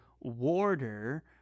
warder